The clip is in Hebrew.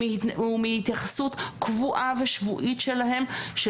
הוא מהתייחסות קבועה ושבועית שלהם של